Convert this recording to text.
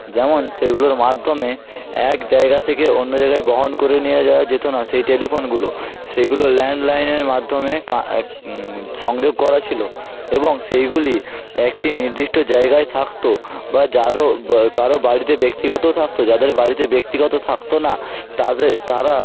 যেমন সেগুলোর মাধ্যমে এক জায়গা থেকে অন্য জায়গায় বহন করে নিয়ে যাওয়া যেত না সেই টেলিফোনগুলো সেগুলো ল্যান্ড লাইনের মাধ্যমে সংযোগ করা ছিল এবং সেইগুলি একটি নির্দিষ্ট জায়গায় থাকত বা যারও কারও বাড়িতে ব্যক্তিগতও থাকত যাদের বাড়িতে ব্যক্তিগত থাকত না তাদের তারা